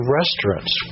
restaurants